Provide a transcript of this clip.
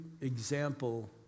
example